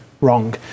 Wrong